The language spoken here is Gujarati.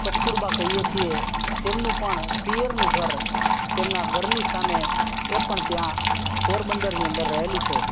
કસ્તુરબા કહીએ છીએ તેમનું પણ પિયરનું ઘર તેમના ઘરની સામે એ પણ ત્યાં પોરબંદરની અંદર રહેલું છે